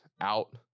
out